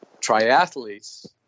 triathletes